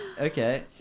okay